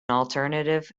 alternative